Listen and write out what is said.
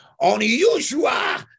unusual